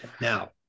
Now